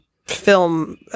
film